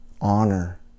honor